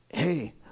Hey